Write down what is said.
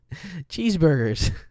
cheeseburgers